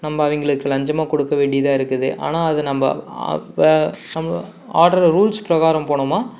நம்ம அவங்களுக்கு லஞ்சமாக கொடுக்க வேண்டியதாக இருக்குது ஆனால் அது நம்ம ஆட்ரை ரூல்ஸ் பிரகாரம் போனோம்மா